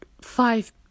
five